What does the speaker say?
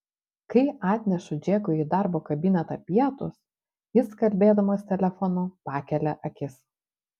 kai atnešu džekui į darbo kabinetą pietus jis kalbėdamas telefonu pakelia akis